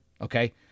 Okay